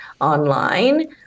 online